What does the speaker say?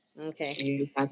Okay